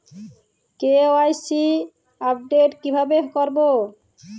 KYC update কিভাবে করবো?